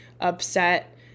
upset